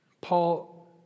Paul